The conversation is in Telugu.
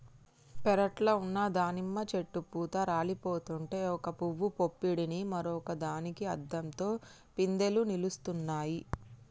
పెరట్లో ఉన్న దానిమ్మ చెట్టు పూత రాలిపోతుంటే ఒక పూవు పుప్పొడిని మరొక దానికి అద్దంతో పిందెలు నిలుస్తున్నాయి